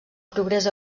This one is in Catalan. progrés